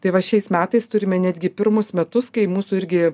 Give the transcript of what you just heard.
tai va šiais metais turime netgi pirmus metus kai mūsų irgi